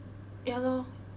ya lor